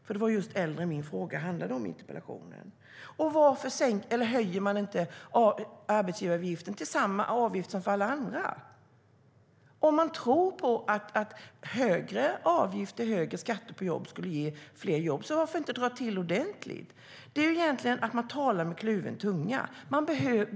Min interpellation handlade just om äldre. Varför höjer ni inte arbetsgivaravgiften till samma avgift som för alla andra? Om ni tror att högre avgifter och skatt på jobb ger fler jobb, varför inte ta i ordentligt? Ni talar med kluven tunga.